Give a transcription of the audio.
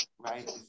Right